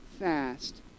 fast